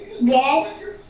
Yes